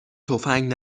تفنگ